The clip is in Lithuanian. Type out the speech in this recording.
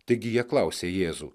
taigi jie klausė jėzų